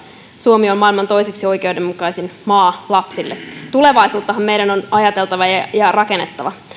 suomi on maailman toiseksi oikeudenmukaisin maa lapsille tulevaisuuttahan meidän on ajateltava ja rakennettava